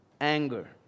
anger